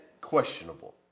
questionable